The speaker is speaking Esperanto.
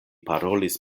parolis